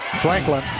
Franklin